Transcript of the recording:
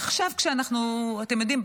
אתם יודעים,